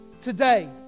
today